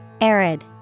Arid